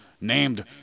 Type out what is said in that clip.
named